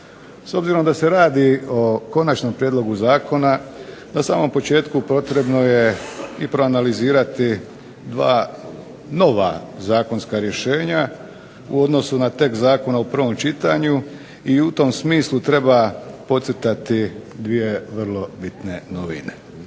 S obzirom da se radi o konačnom prijedlogu zakona na samom početku potrebno je i proanalizirati dva nova zakonska rješenja u odnosu na tekst zakona u prvom čitanju i u tom smislu treba podcrtati dvije vrlo bitne novine.